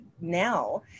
now